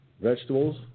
vegetables